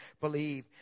believe